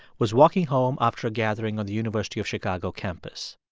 was walking home after a gathering on the university of chicago campus.